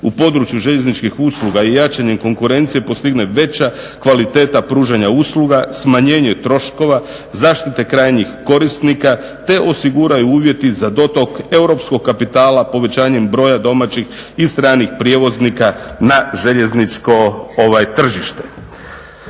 u području željezničkih usluga i jačanjem konkurencije postigne veća kvaliteta pružanja usluga, smanjenje troškova, zaštite krajnjih korisnika te osiguraju uvjeti za dotok europskog kapitala povećanjem broja domaćih i stranih prijevoznika na željezničko tržište."